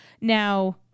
Now